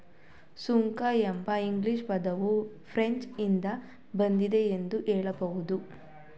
ಸುಂಕ ಎಂಬ ಇಂಗ್ಲಿಷ್ ಪದವು ಫ್ರೆಂಚ್ ನಿಂದ ಬಂದಿದೆ ಎಂದು ಹೇಳಬಹುದು